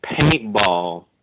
paintball